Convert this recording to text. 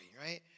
right